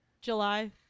july